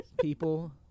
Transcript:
people